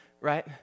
right